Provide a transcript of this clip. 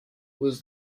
was